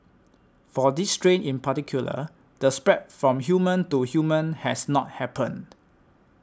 for this strain in particular the spread from human to human has not happened